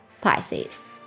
Pisces